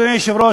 אדוני היושב-ראש,